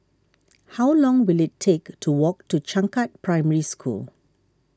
how long will it take to walk to Changkat Primary School